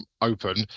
open